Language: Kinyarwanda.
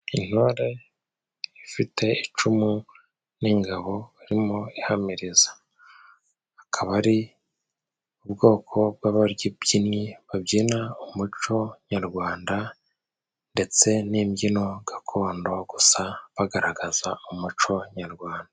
Intore ifite icumu n'ingabo irimo ihamiriza. Akaba ari ubwoko bw'ababyinnyi babyina umuco nyarwanda, ndetse n'imbyino gakondo, gusa bagaragaza umuco nyarwanda.